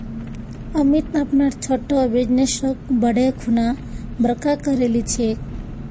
अमित अपनार छोटो बिजनेसक बढ़ैं खुना बड़का करे लिलछेक